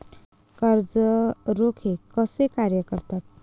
कर्ज रोखे कसे कार्य करतात?